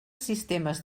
sistemes